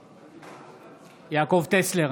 נגד יעקב טסלר,